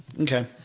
Okay